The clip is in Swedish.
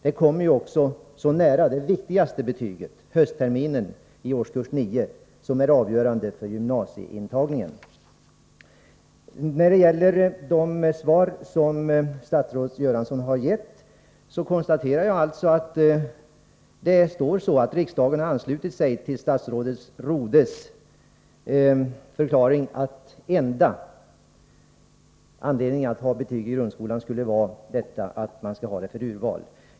Det kommer ju så nära det viktigaste betyget, betyget för hösttermi nen i årskurs 9, som är avgörande för gymnasieintagningen. När det gäller det svar som statsrådet Göransson här gett kan jag alltså konstatera att riksdagen anslutit sig till statsrådets förklaring att enda anledningen att ha betygen i grundskolan skulle vara betygens roll som grund för urval till fortsatta studier.